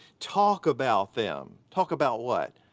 talk about them. talk about what?